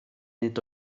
nid